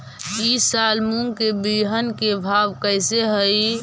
ई साल मूंग के बिहन के भाव कैसे हई?